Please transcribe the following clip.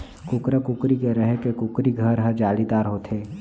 कुकरा, कुकरी के रहें के कुकरी घर हर जालीदार होथे